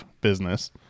business